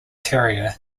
terrier